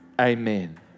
Amen